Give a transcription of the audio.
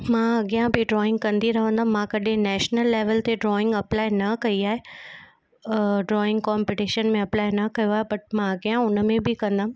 मां अॻियां बि ड्रॉइंग कंदी रहंदमि मां कॾहिं नैशनल लैवल ते ड्रॉइंग अप्लाई न कई आहे ड्रॉइंग कॉम्पिटिशन में अप्लाए न कयो आहे बट मां अॻियां हुन में बि कंदमि